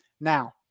Now